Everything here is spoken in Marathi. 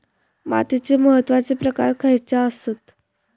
मातीचे महत्वाचे प्रकार खयचे आसत?